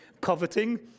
coveting